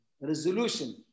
resolution